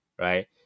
Right